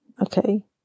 Okay